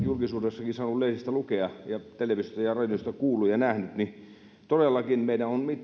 julkisuudessakin saanut lehdistä lukea ja televisiosta ja radiosta kuullut ja nähnyt niin todellakin meidän on